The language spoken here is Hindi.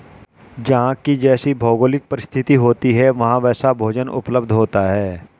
जहां की जैसी भौगोलिक परिस्थिति होती है वहां वैसा भोजन उपलब्ध होता है